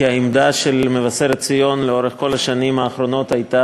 כי העמדה של מבשרת-ציון לאורך כל השנים האחרונות הייתה